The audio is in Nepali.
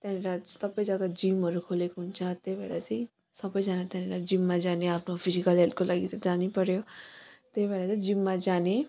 त्यहाँनिर सबै जग्गा जिमहरू खोलेको हुन्छ त्यही भएर चाहिँ सबैजना त्यहाँनिर जिममा जाने आफ्नो फिजिकल हेल्थको लागि त जानै पर्यो त्यही भएर चाहिँ जिममा जाने